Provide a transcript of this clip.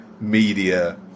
media